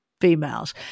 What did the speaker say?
females